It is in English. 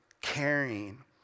caring